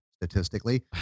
statistically